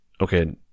okay